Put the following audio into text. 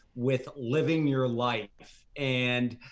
with living your life. and